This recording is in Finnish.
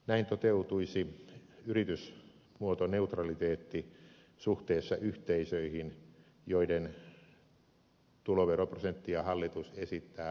näin toteutuisi yritysmuotoneutraliteetti suhteessa yhteisöihin joiden tuloveroprosenttia hallitus esittää alennettavaksi